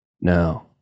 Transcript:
no